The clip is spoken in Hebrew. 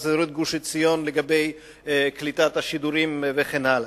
של שידורי "קול ישראל" בכל יישובי בקעת-הירדן ולאורך כביש